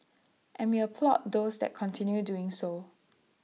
and we applaud those that continue doing so